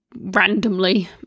randomly